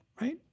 right